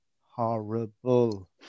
horrible